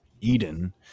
Eden